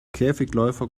käfigläufer